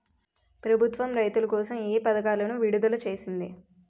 ప్రభుత్వం రైతుల కోసం ఏ పథకాలను విడుదల చేసింది?